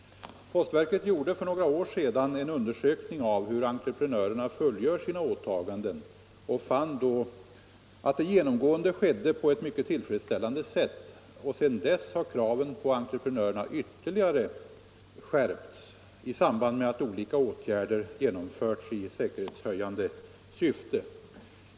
Postverket gjorde för några år sedan en undersökning av hur entreprenörerna fullgör sina åtaganden och fann då att det genomgående skedde på ett mycket tillfredsställande sätt. Sedan dess har kraven på entreprenörerna ytterligare skärpts i samband med att olika säkerhetsåtgärder genomförts i förebyggande syfte.